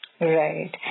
Right